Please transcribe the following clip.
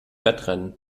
wettrennen